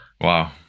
Wow